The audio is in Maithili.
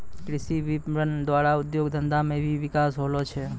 कृषि विपणन द्वारा उद्योग धंधा मे भी बिकास होलो छै